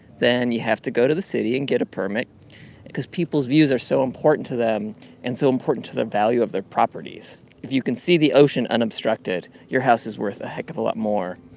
then you have to go to the city and get a permit because people's views are so important to them and so important to the value of their properties. if you can see the ocean unobstructed, your house is worth a heck of a lot more.